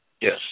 Yes